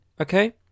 Okay